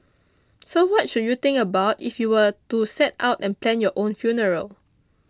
so what should you think about if you were to set out and plan your own funeral